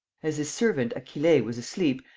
as his servant, achille, was asleep,